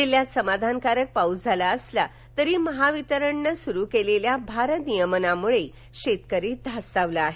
जिल्ह्यात समाधानकारक पाऊस झाला असला तरी महावितरणने सुरू केलेल्या भार नियमनामुळे शेतकरी धास्तावला आहे